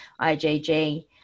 IgG